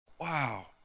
Wow